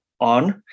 on